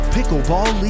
Pickleball